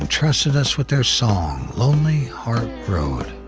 entrusted us with their song, lonely heart road.